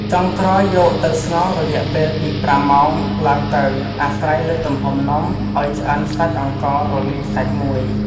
ចុងក្រោយយកទៅស្ងោរយៈពេល ពី៥ម៉ោងឡើងទៅ អាស្រ័យលើទំហំនំ ឱ្យឆ្អិនសាច់អង្កររលាយសាច់មួយ។